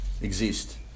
exist